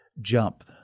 jump